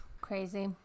crazy